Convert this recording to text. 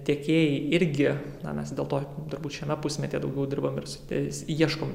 tiekėjai irgi na mes dėl to turbūt šiame pusmetyje daugiau dirbam ir su tais ieškom